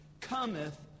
cometh